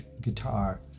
guitar